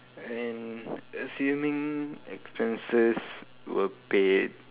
and assuming expenses were paid